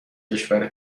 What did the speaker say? کشور